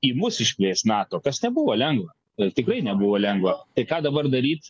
į mus išplės nato kas nebuvo lengva ir tikrai nebuvo lengva tai ką dabar daryt